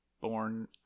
born